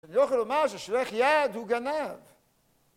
אני לא יכול לומר ששולח יד הוא גנב